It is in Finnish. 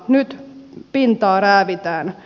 nyt pintaa räävitään